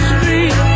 Street